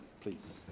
Please